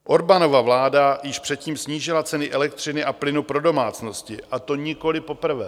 Orbánova vláda již předtím snížila ceny elektřiny a plynu pro domácnosti, a to nikoli poprvé.